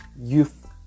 youth